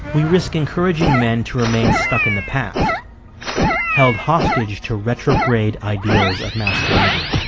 we risk encouraging men to remain stuck in the past held hostage to retrograde ideals of masculinity.